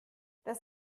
das